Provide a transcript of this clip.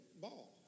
ball